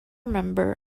member